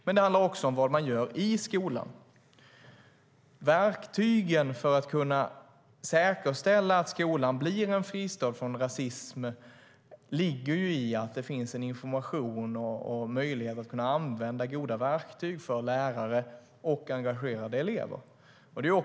Men det handlar också om vad man gör i skolan. Verktygen för att kunna säkerställa att skolan blir en fristad från rasism ligger i att det finns en information och att det finns en möjlighet för lärare och engagerade elever att använda goda verktyg.